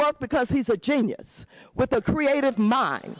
work because he's a genius with a creative min